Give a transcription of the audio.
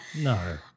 No